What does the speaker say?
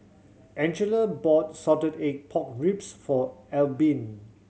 Angela bought salted egg pork ribs for Albin